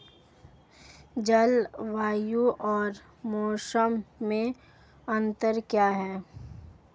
जलवायु और मौसम में अंतर क्या है?